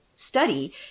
study